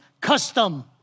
custom